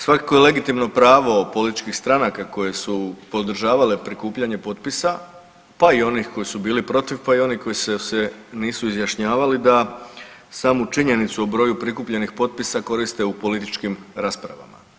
Svakako je legitimno pravo političkih stranaka koje su podržavale prikupljanje potpisa, pa i onih koji su bili protiv, pa i onih koji se nisu izjašnjavali da samu činjenicu o broju prikupljenih potpisa koriste u političkim raspravama.